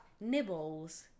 nibbles